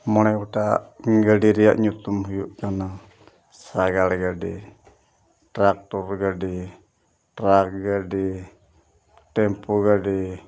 ᱢᱚᱬᱮ ᱜᱚᱴᱟᱜ ᱜᱟᱹᱰᱤ ᱨᱮᱭᱟᱜ ᱧᱩᱛᱩᱢ ᱦᱩᱭᱩᱜ ᱠᱟᱱᱟ ᱥᱟᱜᱟᱲ ᱜᱟᱹᱰᱤ ᱴᱨᱟᱠᱴᱚᱨ ᱜᱟᱹᱰᱤ ᱴᱨᱟᱠ ᱜᱟᱹᱰᱤ ᱴᱮᱢᱯᱩ ᱜᱟᱹᱰᱤ